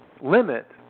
limit